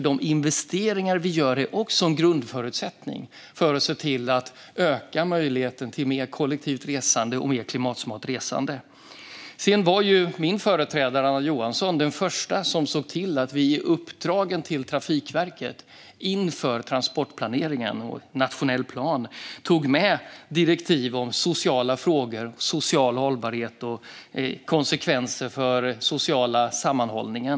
De investeringar vi gör är också en grundförutsättning för att öka möjligheten till mer kollektivt resande och mer klimatsmart resande. Min företrädare Anna Johansson var den första som såg till att vi i uppdragen till Trafikverket inför transportplaneringen och nationell plan tog med direktiv om sociala frågor, social hållbarhet och konsekvenser för den sociala sammanhållningen.